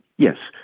yes.